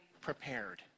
prepared